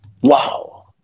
Wow